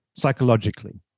psychologically